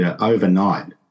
overnight